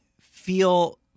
feel